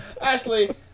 Ashley